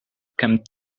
come